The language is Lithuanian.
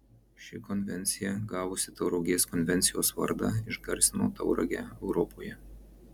ši konvencija gavusi tauragės konvencijos vardą išgarsino tauragę europoje